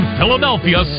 Philadelphia